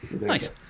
Nice